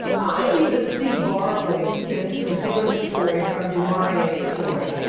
i even see borrowings in mcewan's story from du maurier's story.